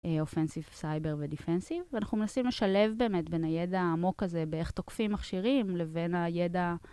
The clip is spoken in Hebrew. אופנסיב סייבר ודיפנסיב, ואנחנו מנסים לשלב באמת בין הידע העמוק הזה באיך תוקפים מכשירים לבין הידע...